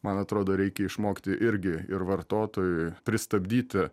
man atrodo reikia išmokti irgi ir vartotojui pristabdyti